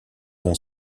vont